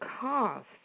cost